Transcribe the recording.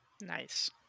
Nice